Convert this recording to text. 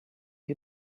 you